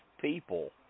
people